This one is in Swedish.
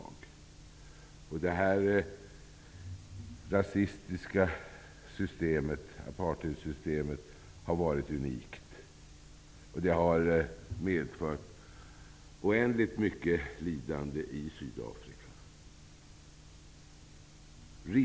Detta rasistiska system -- apartheidsystemet -- har varit unikt. Det har medfört oändligt mycket lidande i Sydafrika.